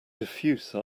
diffuse